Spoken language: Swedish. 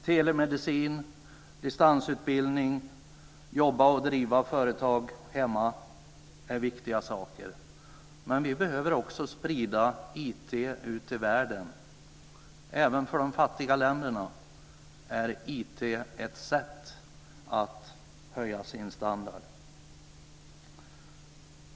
Telemedicin, distansutbildning och att man kan jobba och driva företag hemma är viktiga saker. Men vi behöver också sprida IT ute i världen. Även för de fattiga länderna är IT ett sätt att höja standarden.